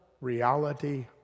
reality